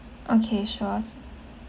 okay sure